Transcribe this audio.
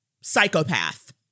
psychopath